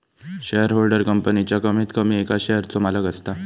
shareholder कंपनीच्या कमीत कमी एका शेयरचो मालक असता